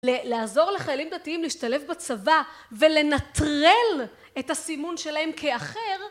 לעזור לחיילים דתיים להשתלב בצבא ולנטרל את הסימון שלהם כאחר